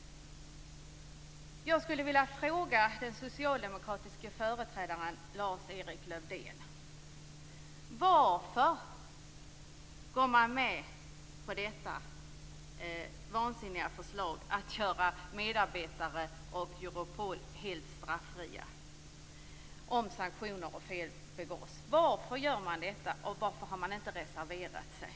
Jag skulle vilja fråga den socialdemokratiske företrädaren Lars-Erik Lövdén varför man går med på det vansinniga förslaget att göra medarbetare och Europol helt straffria när det gäller sanktioner och om fel begås. Varför gör man så? Varför har man inte reserverat sig?